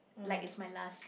like it's my last day